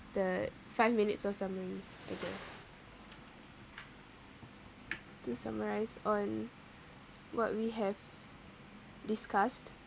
the five minutes or something I guess to summarize on what we have discussed